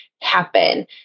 happen